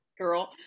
girl